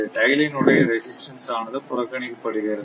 tie line உடைய resistance ஆனது புறக்கணிக்கப்படுகிறது